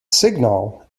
signal